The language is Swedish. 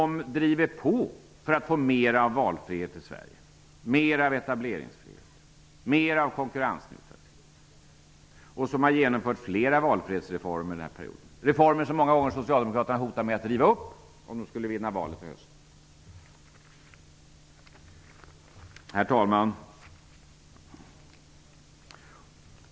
De driver på för att åstadkomma mer av valfrihet i Sverige, mer av etableringsfrihet och mer av konkurrensneutralitet och har genomfört flera valfrihetsreformer under den här perioden, reformer som socialdemokraterna många gånger har hotat med att riva upp, om de skulle vinna valet i höst. Herr talman!